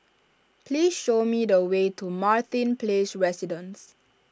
please show me the way to Martin Place Residences